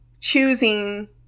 choosing